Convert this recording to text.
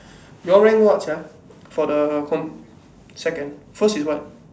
your rank what sia for the co~ second first is what